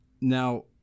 now